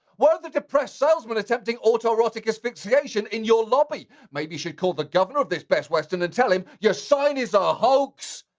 where are the depressed salesmen attempting autoerotic asphyxiation in your lobby? maybe you should call the governor of this best western and tell him your sign is a hoax!